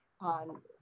on